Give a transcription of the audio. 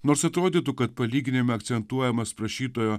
nors atrodytų kad palyginime akcentuojamas prašytojo